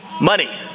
money